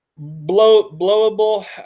Blowable